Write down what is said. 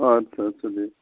آدٕ سا آدٕ سا بیٚہ